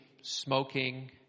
smoking